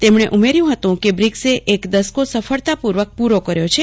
તેમણે ઉમેયું હતુંકે બ્રિકસે એક દશકો સફળતા પૂર્વક પૂરો કર્યા છે